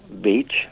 Beach